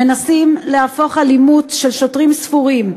מנסים להפוך אלימות של שוטרים ספורים,